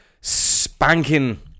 Spanking